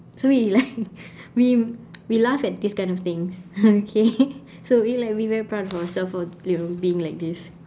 so we like we we laugh at these kind of things okay so we like we very proud of ourselves for you know being like this